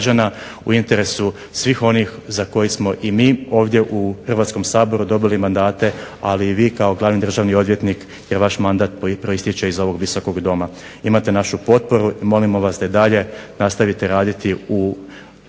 u interesu svih onih za koje smo i mi ovdje u Hrvatskom saboru dobili mandate, ali i vi kao glavni državni odvjetnik jer vaš mandat proistječe iz ovog Visokog doma. Imate našu potporu i molimo vas da i dalje nastavite raditi u pravcu i u